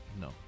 No